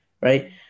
right